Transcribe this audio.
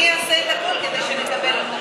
אני אעשה את הכול כדי שנקבל אותה.